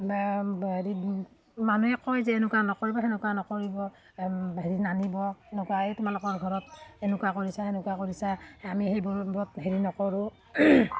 হেৰি মানুহে কয় যে এনেকুৱা নকৰিব সেনেকুৱা নকৰিব হেৰি নানিব এনেকুৱাই এই তোমালোকৰ ঘৰত এনেকুৱা কৰিছা সেনেকুৱা কৰিছা আমি সেইবোৰত হেৰি নকৰোঁ